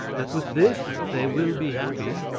that with this they will be happy.